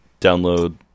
download